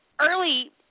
early